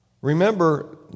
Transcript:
Remember